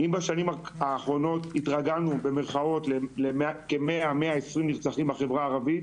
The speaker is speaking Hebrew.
אם בשנים הקודמות הגענו ל-100 - 120 נרצחים בחברה הערבית,